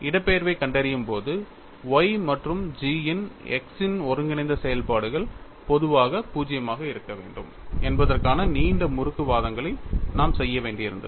இடப்பெயர்வைக் கண்டறியும் போது y மற்றும் G இன் x இன் ஒருங்கிணைந்த செயல்பாடுகள் பொதுவாக 0 ஆக இருக்க வேண்டும் என்பதற்கான நீண்ட முறுக்கு வாதங்களை நாம் செய்ய வேண்டியிருந்தது